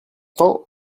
temps